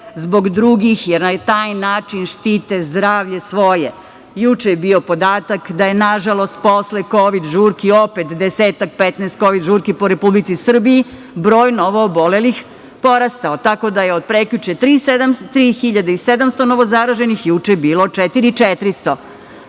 zbog drugih, jer na taj način štite svoje zdravlje. Juče je bio podatak da je nažalost posle kovid žurke opet desetak, 15 kovid žurki u Republici Srbiji, broj novoobolelih porastao, tako da je od prekjuče 3.700 novozaraženih, juče je bilo 4.400.Molim